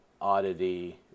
oddity